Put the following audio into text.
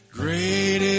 great